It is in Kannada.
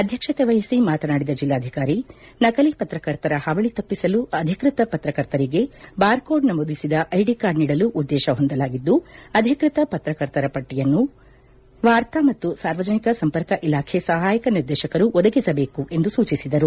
ಅಧ್ಯಕ್ಷತೆ ವಹಿಸಿ ಮಾತನಾಡಿದ ಜಿಲ್ಲಾಧಿಕಾರಿ ನಕಲಿ ಪತ್ರಕರ್ತರ ಹಾವಳಿ ತಪ್ಪಿಸಲು ಅಧಿಕೃತ ಪತ್ರಕರ್ತರಿಗೆ ಬಾರ್ ಕೋಡ್ ನಮೂದಿಸಿದ ಐಡಿ ಕಾರ್ಡ್ ನೀಡಲು ಉದ್ವೇಶ ಹೊಂದಲಾಗಿದ್ದು ಅಧಿಕೃತ ಪತ್ರಕರ್ತರ ಪಟ್ವಿಯನ್ನು ವಾರ್ತಾ ಮತ್ತು ಸಾರ್ವಜನಿಕ ಸಂಪರ್ಕ ಇಲಾಖೆ ಸಹಾಯಕ ನಿರ್ದೇಶಕರು ಒದಗಿಸಬೇಕು ಎಂದು ಸೂಚಿಸಿದರು